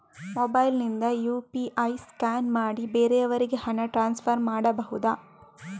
Mobile ನಿಂದ UPI scan ಮಾಡಿ ಬೇರೆಯವರಿಗೆ ಹಣ ಟ್ರಾನ್ಸ್ಫರ್ ಮಾಡಬಹುದ?